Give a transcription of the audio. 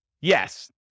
Yes